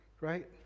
right